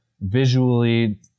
visually